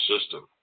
system